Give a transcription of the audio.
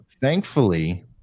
thankfully